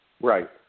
Right